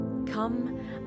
Come